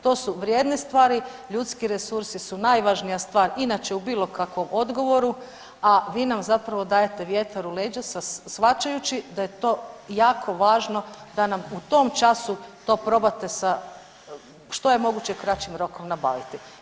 To su vrijedne stvari, ljudski resursi su najvažnija stvar inače u bilo kakvom odgovoru, a vi nam zapravo dajete vjetar u leđa shvaćajući da je to jako važno da nam u tom času to probate sa što je moguće kraćim rokom nabaviti.